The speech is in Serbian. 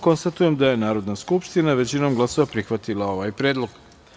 Konstatujem da je Narodna skupština većinom glasova prihvatila ovaj predlog.